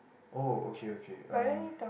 oh okay okay um